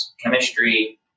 chemistry